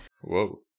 Whoa